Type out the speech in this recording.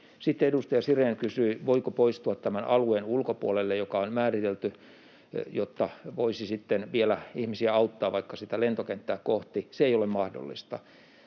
edustaja Sirén kysyi, voiko poistua tämän alueen ulkopuolelle, joka on määritelty, jotta voisi sitten vielä ihmisiä auttaa vaikka sitä lentokenttää kohti. Se ei ole mahdollista.